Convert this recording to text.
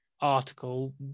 article